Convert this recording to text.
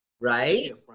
Right